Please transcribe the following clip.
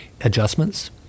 adjustments